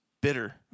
bitter